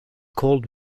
called